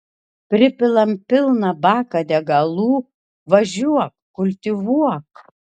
pripilam pilną baką degalų važiuok kultivuok